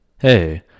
Hey